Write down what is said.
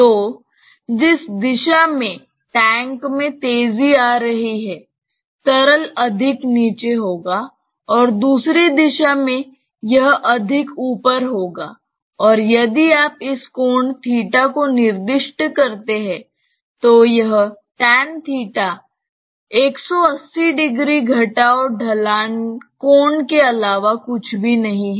तो जिस दिशा में टैंक में तेजी आ रही है तरल अधिक नीचे होगा और दूसरी दिशा में यह अधिक ऊपर होगा और यदि आप इस कोण को निर्दिष्ट करते हैं तो यह 1800 घटाव ढलान कोण के अलावा कुछ भी नहीं है